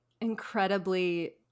incredibly